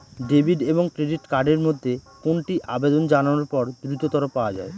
Debit এবং credit card এর মধ্যে কোনটি আবেদন জানানোর পর দ্রুততর পাওয়া য়ায়?